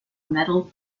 metal